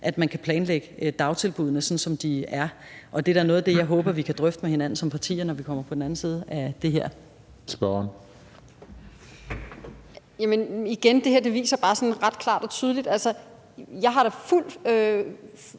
at man kan planlægge dagtilbuddene, sådan som det er. Og det er da noget af det, jeg håber vi kan drøfte med hinanden som partier, når vi kommer på den anden side af det her. Kl. 15:05 Den fg. formand (Christian Juhl): Spørgeren. Kl. 15:05 Mette